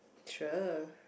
sure